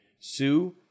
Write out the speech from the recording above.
Sue